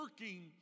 working